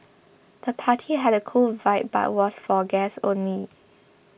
the party had a cool vibe but was for guests only